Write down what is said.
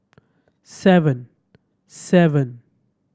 seven seven